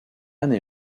année